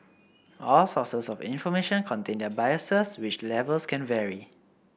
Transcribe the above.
all sources of information contain their biases which levels can vary